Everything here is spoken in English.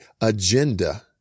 agenda